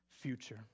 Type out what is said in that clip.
future